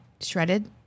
Shredded